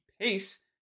pace